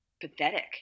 pathetic